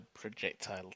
projectile